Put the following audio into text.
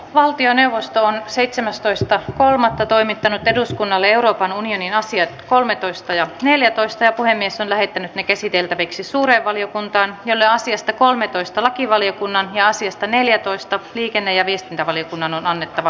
valtioneuvosto on seitsemästoista tai kolmatta toimittanut eduskunnalle euroopan unionin asia kolmetoista ja neljätoista puhemies on lähettänyt ne käsiteltäviksi suureen valiokuntaan jolle asiasta kolmetoista lakivaliokunnan naisista neljätoista liikenne ja viestintävaliokunnan on muistoa